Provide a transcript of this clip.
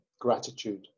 gratitude